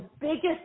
biggest